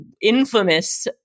infamous